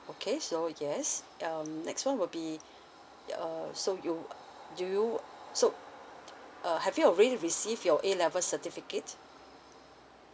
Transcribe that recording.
okay so yes um next one will be y~ uh so you uh do you so uh have you already received your A level certificate